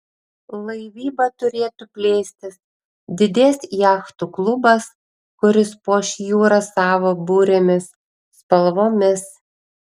laivyba turėtų plėstis didės jachtų klubas kuris puoš jūrą savo burėmis spalvomis